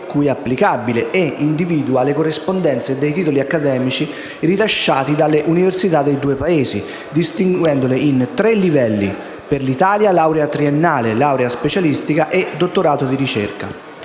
è applicabile e individua le corrispondenze dei titoli accademici rilasciati dalle università dei due Paesi, distinguendole in tre livelli, che per l'Italia sono: laurea triennale, laurea specialistica e dottorato di ricerca.